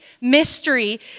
mystery